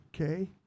Okay